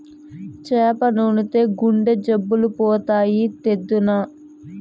చేప నూనెతో గుండె జబ్బులు పోతాయి, తెద్దునా